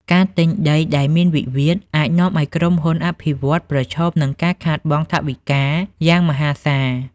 ការទិញដីដែលមានវិវាទ អាចនាំឱ្យក្រុមហ៊ុនអភិវឌ្ឍន៍ប្រឈមនឹងការខាតបង់ថវិកាយ៉ាងមហាសាល។